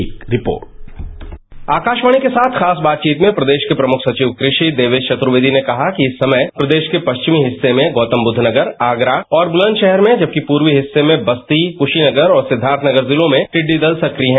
एक रिपोर्ट आकारवाणी के साथ खास बातचीत में प्रदेश के प्रमुख सचिव क्रावि देवेश व्तुर्वेदी ने कहा कि इस समय प्रदेश के पश्चिमी हिस्से में गौतम बुध नगर आगरा और बुलंदराहर में जबकि पूर्वी हिस्से में बस्ती कुशीनगर और सिद्वार्थ नगर जिलों में दिड्डी दल सक्रिय हैं